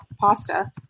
pasta